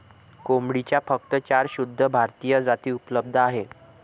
कोंबडीच्या फक्त चार शुद्ध भारतीय जाती उपलब्ध आहेत